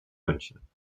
münchen